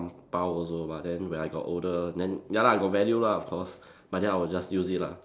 bao also but then when I got older then ya lah got value lah of course but then I will just use it lah